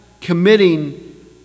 committing